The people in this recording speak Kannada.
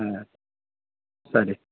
ಹಾಂ ಸರಿ